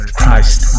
Christ